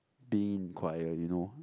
being in choir you know